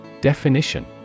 Definition